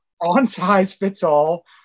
on-size-fits-all